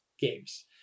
games